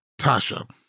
Tasha